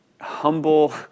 humble